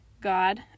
God